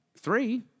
Three